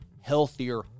healthier